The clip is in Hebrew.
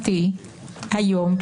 בכל פעם אנחנו רואים חלק אחר,